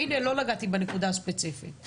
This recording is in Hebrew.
הינה לא נגעתי בנקודה הספציפית.